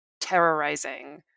terrorizing